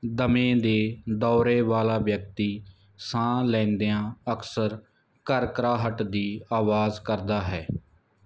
ਦਮੇ ਦੇ ਦੌਰੇ ਵਾਲਾ ਵਿਅਕਤੀ ਸਾਹ ਲੈਂਦਿਆਂ ਅਕਸਰ ਘਰਘਰਾਹਟ ਦੀ ਆਵਾਜ਼ ਕਰਦਾ ਹੈ